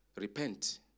Repent